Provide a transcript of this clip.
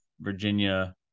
Virginia